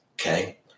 okay